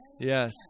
Yes